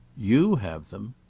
you have them!